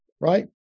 right